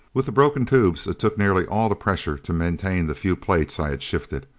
with the broken tubes it took nearly all the pressure to maintain the few plates i had shifted.